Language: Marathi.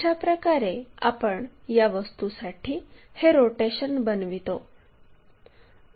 अशाप्रकारे आपण या वस्तूसाठी हे रोटेशन बनवितो